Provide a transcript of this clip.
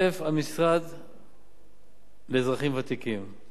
1. המשרד לאזרחים ותיקים,